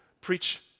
preach